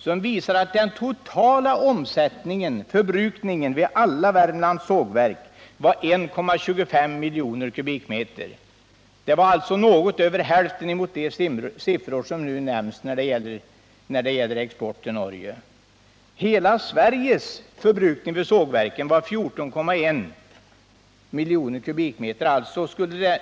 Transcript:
gjordes 1974 en utredning, som visade att den totala förbrukningen vid alla Värmlands sågverk var 1,25 miljoner kubikmeter per år, alltså något över hälften av den mängd som nu nämns när det gäller exporten till Norge. Den totala förbrukningen vid alla Sveriges sågverk var 14,1 miljoner kubikmeter per år.